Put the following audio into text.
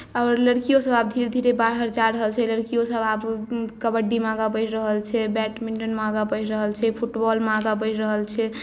आओर लड़कियोसभ आब धीरे धीरे बाहर जा रहल छै लड़कियोसभ आब कबड्डीमे आगाँ बढ़ि रहल छै फेर बैडमिण्टनमे आगाँ बढ़ि रहल छै फेर फुटबॉलमे आगाँ बढ़ि रहल छै